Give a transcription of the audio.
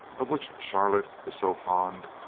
of which charlotte is so fond?